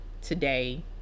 Today